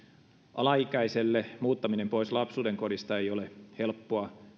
alaikäiselle muuttaminen pois lapsuudenkodista ei ole helppoa